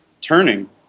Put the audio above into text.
turning